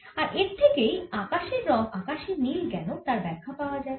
আর এর থেকেই আকাশের রঙ আকাশি নীল কেন তার ব্যাখ্যা পাওয়া যায়